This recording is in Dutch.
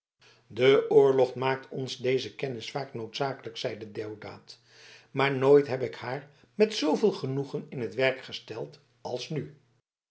de oorlog maakt ons deze kennis vaak noodzakelijk zeide deodaat maar nooit heb ik haar met zooveel genoegen in het werk gesteld als nu